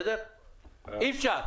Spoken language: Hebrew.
אי אפשר.